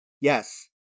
Yes